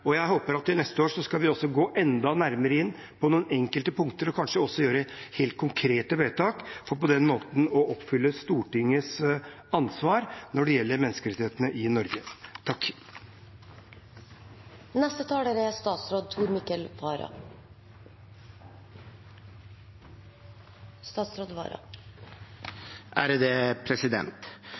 Jeg håper at vi neste år skal gå enda nærmere inn på enkelte områder, og kanskje også gjøre helt konkrete vedtak, for på den måten å utøve Stortingets ansvar når det gjelder menneskerettighetene i Norge.